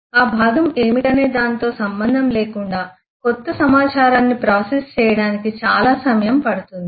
ఆ భాగం ఏమిటనే దానితో సంబంధం లేకుండా కొత్త సమాచారాన్ని ప్రాసెస్ చేయడానికి చాలా సమయం పడుతుంది